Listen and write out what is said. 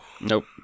Nope